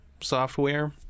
software